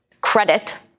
credit